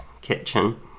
kitchen